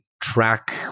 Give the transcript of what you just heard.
track